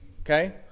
Okay